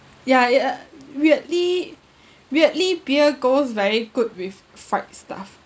ya ya weirdly weirdly beer goes very good with fried stuff